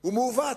הוא מעוות,